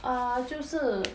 uh 就是